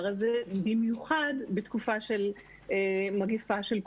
הזה במיוחד בתקופה של מגיפה של קורונה.